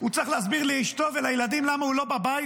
הוא צריך להסביר לאשתו ולילדים למה הוא לא בבית,